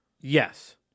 Yes